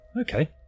Okay